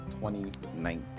2019